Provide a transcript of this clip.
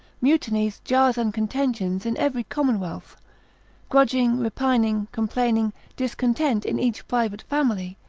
mutinies, jars and contentions in every commonwealth grudging, repining, complaining, discontent in each private family,